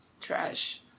trash